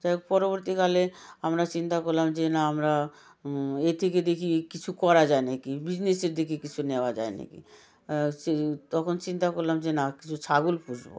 যাই হোক পরবর্তীকালে আমরা চিন্তা করলাম যে না আমরা এর থেকে দেখি কিছু করা যায় নাকি বিজনেসের দিকে কিছু নেওয়া যায় নাকি তখন চিন্তা করলাম যে না কিছু ছাগল পুষব